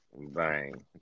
Bang